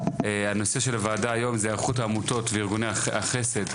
הנושא של הוועדה היום זה היערכות העמותות וארגוני החסד,